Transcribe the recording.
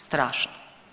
Strašno.